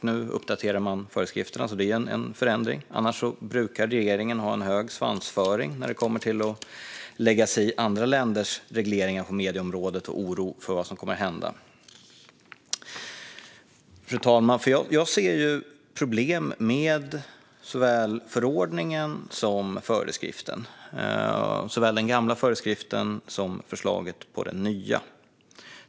Nu uppdaterar man föreskrifterna, så det är en förändring. Annars brukar regeringen ha en hög svansföring när det kommer till att lägga sig i andra länders regleringar på medieområdet och oroa sig för vad som kommer att hända. Fru talman! Jag ser problem med såväl förordningen som föreskriften, såväl den gamla föreskriften som förslaget till den nya.